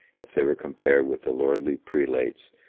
if they were compared with the lordly prelates,